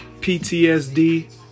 PTSD